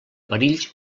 perills